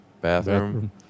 bathroom